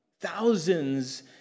Thousands